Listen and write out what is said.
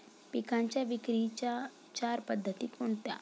पिकांच्या विक्रीच्या चार पद्धती कोणत्या?